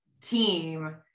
team